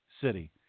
city